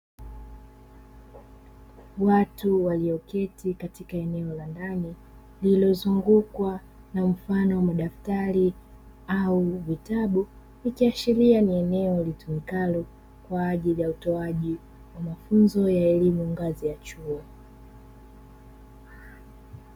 Watu walioketi katika eneo la ndani lililozungukwa na mfano wa madaftari au vitabu, ikiashiria ni eneo litumikalo kwa ajili ya utoaji wa mafunzo ya elimu ngazi ya chuo.